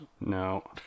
No